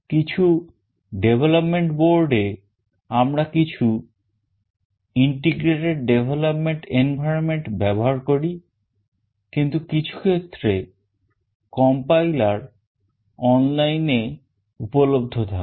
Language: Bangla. কিছু development board এ আমরা কিছু integrated development environment ব্যবহার করি কিন্তু কিছু ক্ষেত্রে compiler onlineএ উপলব্ধ থাকে